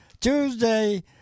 tuesday